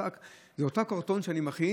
השק זה אותו קרטון שאני מכין.